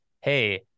hey